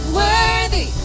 worthy